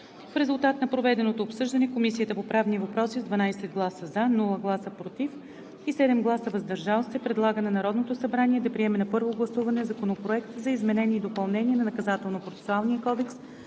В резултат на проведеното обсъждане Комисията по правни въпроси с 12 гласа „за“, без „против“ и 7 гласа „въздържал се“, предлага на Народното събрание да приеме на първо гласуване Законопроект за изменение и допълнение на Наказателно процесуалния кодекс,